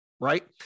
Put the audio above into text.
right